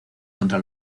contra